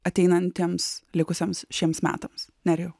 ateinantiems likusiems šiems metams nerijau